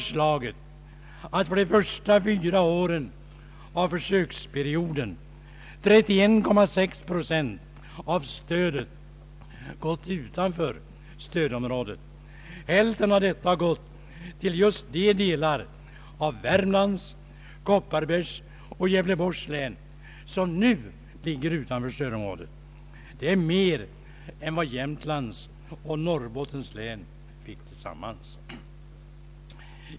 regionalpolitiken förslaget att för de första fyra åren av försöksperioden 31,6 procent av stödet gått utanför stödområdet. Hälften av detta har gått till just de delar av Värmlands, Kopparbergs och Gävleborgs län som nu ligger utanför stödområdet. Det är mer än vad Jämtlands och Norrbottens län fick tillsammans.